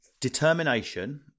determination